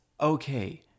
okay